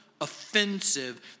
offensive